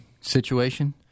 situation